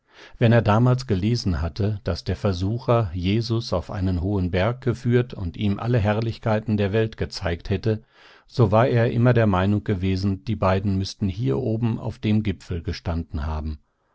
wenn er damals gelesen hatte daß der versucher jesus auf einen hohen berg geführt und ihm alle herrlichkeit der welt gezeigt hätte so war er immer der meinung gewesen die beiden müßten hier oben auf dem gipfel gestanden haben